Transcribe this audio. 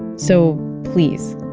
so please,